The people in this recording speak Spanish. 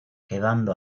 quedando